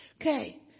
Okay